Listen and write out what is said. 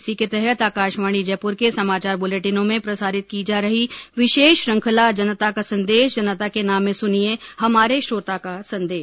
इसी के तहत आकाशवाणी जयपुर के समाचार बुलेटिनों में प्रसारित की जा रही विशेष श्रृंखंला जनता का संदेश जनता के नाम में सुनिये हमारे श्रोता का संदेश